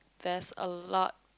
there's a lot